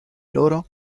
loro